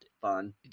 fun